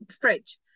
fridge